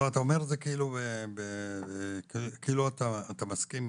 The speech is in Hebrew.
אתה אומר את זה כאילו, אתה נשמע כאילו אתה מסכים.